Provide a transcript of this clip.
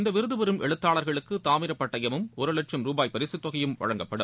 இந்த விருது பெறும் எழுத்தாளர்களுக்கு தாமிர பட்டையமும் ஒரு லட்சம் ரூபாய் பரிசு தொகையும் வழங்கப்படும்